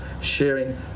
sharing